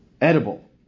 edible